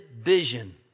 vision